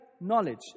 knowledge